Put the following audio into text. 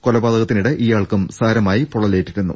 കൊലപാത്രകത്തിനിടെ ഇയാൾക്കും സാരമായി പൊള്ളലേറ്റിരുന്നു